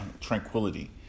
tranquility